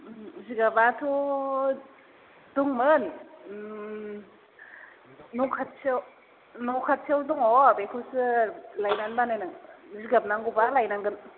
जिगाबाथ' दंमोन न' खाथियाव दङ बेखौसो लायनानै बानाय नांगोन जिगाब नांगौबा लायनांगोन